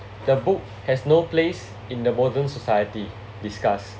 the book has no place in the modern society discuss